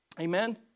amen